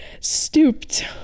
stooped